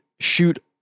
shoot